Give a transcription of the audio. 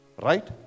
Right